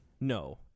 No